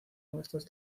modestas